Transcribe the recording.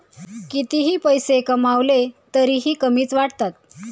कितीही पैसे कमावले तरीही कमीच वाटतात